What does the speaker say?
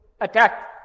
attack